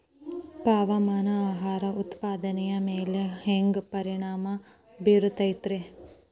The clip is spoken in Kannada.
ತಾಪಮಾನ ಆಹಾರ ಉತ್ಪಾದನೆಯ ಮ್ಯಾಲೆ ಹ್ಯಾಂಗ ಪರಿಣಾಮ ಬೇರುತೈತ ರೇ?